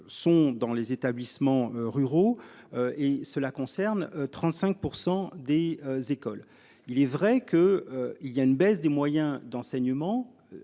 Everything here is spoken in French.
Sont dans les établissements ruraux et cela concerne 35% des écoles. Il est vrai que il y a une baisse des moyens d'enseignement.